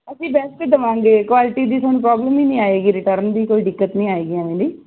ਅਸੀਂ ਬੈਸਟ ਹੀ ਦਵਾਂਗੇ ਕੁਆਲਿਟੀ ਦੀ ਤੁਹਾਨੂੰ ਪ੍ਰੋਬਲਮ ਹੀ ਨਹੀਂ ਆਏਗੀ ਰਿਟਰਨ ਵੀ ਕੋਈ ਦਿੱਕਤ ਨਹੀਂ ਆਏਗੀ ਐਵੇਂ ਦੀ